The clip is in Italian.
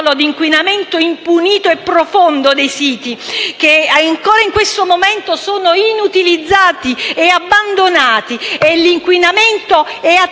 di inquinamento impunito e profondo dei siti, che ancora in questo momento sono inutilizzati e abbandonati e in cui l'inquinamento è attivo